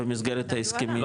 במסגרת ההסכמים.